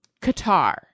Qatar